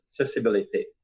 accessibility